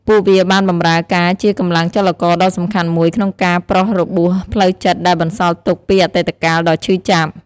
ពួកវាបានបម្រើការជាកម្លាំងចលករដ៏សំខាន់មួយ ក្នុងការប្រោសរបួសផ្លូវចិត្តដែលបន្សល់ទុកពីអតីតកាលដ៏ឈឺចាប់។